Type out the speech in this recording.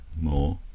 more